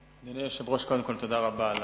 אדוני היושב-ראש, קודם כול תודה רבה על